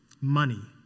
Money